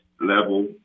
level